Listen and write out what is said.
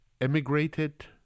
Emigrated